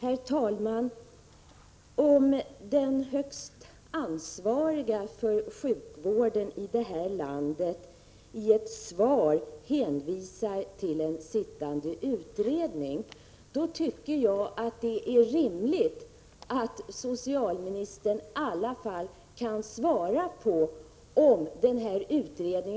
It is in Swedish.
En uppenbar försämring av försäkringskassornas service lokalt har skett de senaste åren. Mängder av lokalkontor och filialexpeditioner har lagts ned, och många hotas av nedläggning. I Kalmar län har t.ex. 19 filialexpeditioner försvunnit sedan 1981. När ett lokalkontor läggs ned på en ort försämras närservicen till allmänheten på ett mycket viktigt område. Det uppfattas också av allmänheten som en klar tillbakagång.